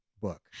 book